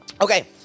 Okay